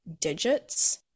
digits